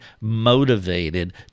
motivated